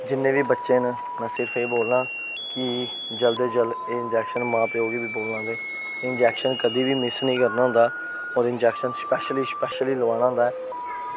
जिन्ने बी बच्चे न में फिर से बोलना की जब तक्क इंजेक्शन मां प्योऽ निं लग्गगे इंजेक्शन कदें बी मिस निं करना होंदा पर इंजेक्शन स्पेशली स्पेशली लगवाना होंदा